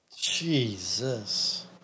Jesus